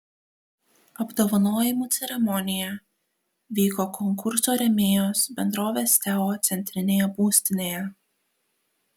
apdovanojimų ceremonija vyko konkurso rėmėjos bendrovės teo centrinėje būstinėje